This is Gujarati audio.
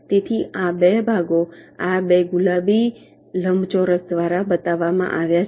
તેથી આ 2 ભાગો આ 2 ગુલાબી લંબચોરસ દ્વારા બતાવવામાં આવ્યા છે